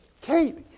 Kate